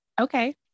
okay